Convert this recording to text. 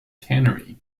tannery